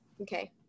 Okay